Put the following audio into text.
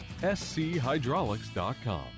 schydraulics.com